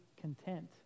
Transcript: content